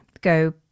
go